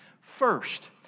first